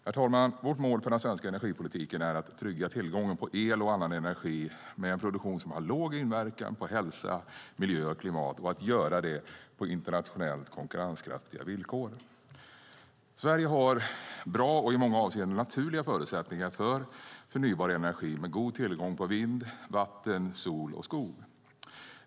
Herr talman! Vårt mål för den svenska energipolitiken är att trygga tillgången på el och annan energi med en produktion som har liten inverkan på hälsa, miljö och klimat och att göra det på internationellt konkurrenskraftiga villkor. Sverige har bra och i många avseenden naturliga förutsättningar för förnybar energi med god tillgång på vind, vatten, sol och skog.